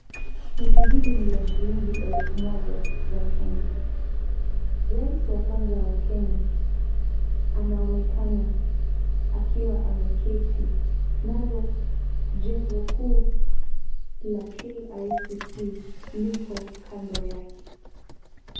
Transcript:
Noti hili ni la shilingi elfu moja za Kenya. Rais wa kwanza wa kenya anaonekana akiwa ameketi, nalo jengo kuu la KICC liko kando yake.